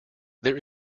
there